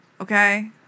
okay